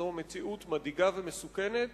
שזו מציאות מדאיגה ומסוכנת,